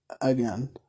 again